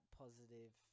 positive